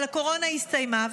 אבל הקורונה הסתיימה,